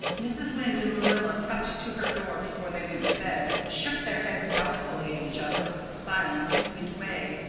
mrs. lynde and marilla crept to her door before they went to bed, shook their heads doubtfully at each other over the silence, and went away.